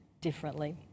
differently